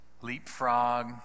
Leapfrog